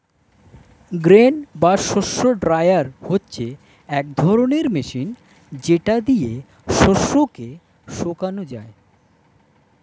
grain বা শস্য dryer হচ্ছে এক রকমের মেশিন যেটা দিয়ে শস্য কে শোকানো যায়